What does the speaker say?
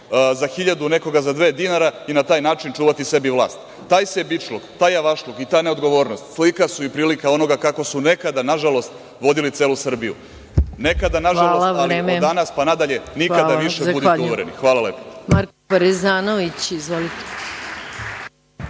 za hiljadu, nekoga za dve hiljade dinara i na taj način čuvati sebi vlast. Taj sebičluk, taj javašluk i ta neodgovornost slika su i prilika onoga kako su nekada, nažalost, vodili celu Srbiju. Nekada, nažalost, ali od danas pa nadalje nikada više, budite uvereni. Hvala lepo.